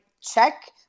check